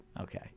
Okay